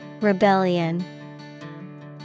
Rebellion